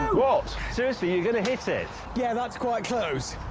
seriously, you're going to hit it. yeah, that's quite close.